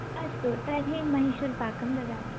अस्तु तर्हि मैसूर्पाकं ददातु